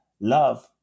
Love